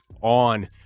on